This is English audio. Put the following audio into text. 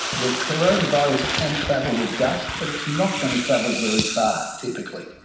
the coronavirus can travel with dust but it's not going to travel very far, typically.